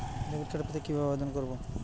Debit card পেতে কিভাবে আবেদন করব?